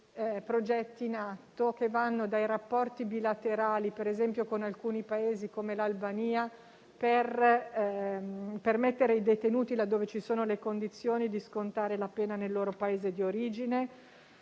progetti in atto, che vanno dai rapporti bilaterali - per esempio, con alcuni Paesi come l'Albania - per permettere ai detenuti, laddove ci siano le condizioni, di scontare la pena nel loro Paese d'origine.